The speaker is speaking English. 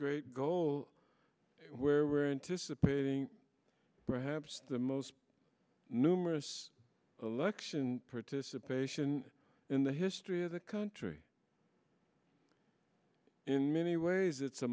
great goal where we're anticipating perhaps the most numerous election participation in the history of the country in many ways it's a